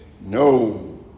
no